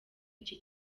iki